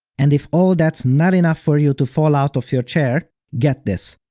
and if all that's not enough for you to fall out of your chair, get this.